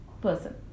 person